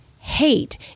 hate